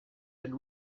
been